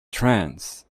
trance